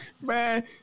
man